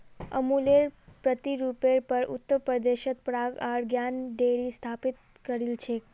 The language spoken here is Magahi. अमुलेर प्रतिरुपेर पर उत्तर प्रदेशत पराग आर ज्ञान डेरी स्थापित करील छेक